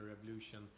Revolution